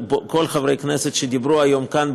בכל חברי הכנסת שדיברו היום כאן,